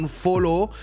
follow